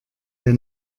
der